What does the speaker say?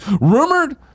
rumored